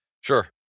Sure